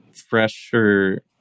fresher